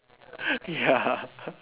ya